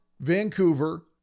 Vancouver